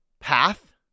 path